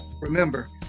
Remember